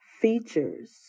features